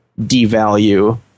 devalue